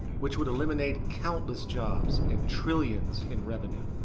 which would eliminate countless jobs and trillions in revenue.